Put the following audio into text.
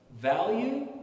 Value